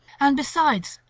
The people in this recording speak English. and besides,